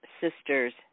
sisters